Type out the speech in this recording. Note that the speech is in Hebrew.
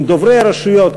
עם דוברי הרשות,